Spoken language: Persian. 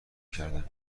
کردن